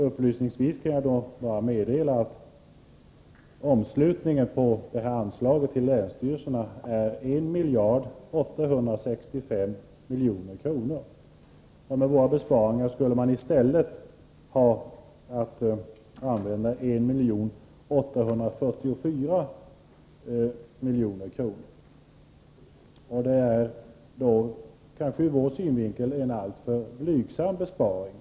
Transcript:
Upplysningsvis kan jag meddela att omslutningen på anslaget till länsstyrelserna är 1 865 milj.kr. Med våra besparingar skulle man i stället erhålla 1 844 milj.kr. Det är ur vår synvinkel kanske en alltför blygsam besparing.